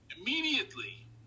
Immediately